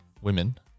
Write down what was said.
women